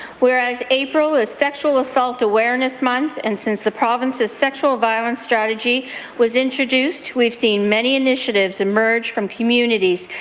whereas april is sexual assault awareness month and since the province's sexual violence strategy was introduced, we've seen many initiatives emerge from communities,